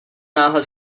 náhle